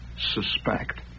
suspect